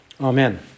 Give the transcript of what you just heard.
Amen